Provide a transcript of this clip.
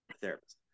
Therapist